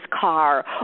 car